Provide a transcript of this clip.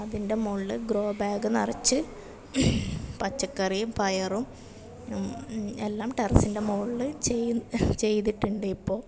അതിൻ്റെ മുകളിൽ grow bag നിറച്ച് പച്ചക്കറിയും പയറും എല്ലാം ടെറസിൻ്റെ മുകളിൽ ചെയ് ചെയ്തിട്ടുണ്ട് ഇപ്പോൾ